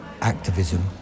activism